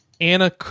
anna